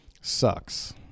sucks